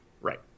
Right